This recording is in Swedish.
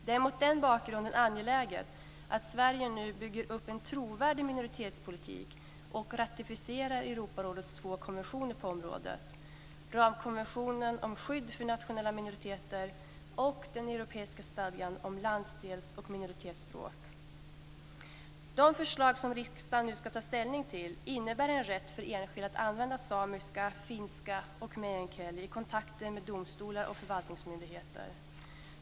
Det är mot den bakgrunden angeläget att Sverige nu bygger upp en trovärdig minoritetspolitik och ratificerar Europarådets två konventioner på området: ramkonventionen om skydd för nationella minoriteter och den europeiska stadgan om landsdels och minoritetsspråk. De förslag som riksdagen nu ska ta ställning till innebär en rätt för enskilda att använda samiska, finska och meänkieli i kontakter med domstolar och förvaltningsmyndigheter.